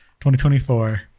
2024